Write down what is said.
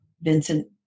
Vincent